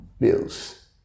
bills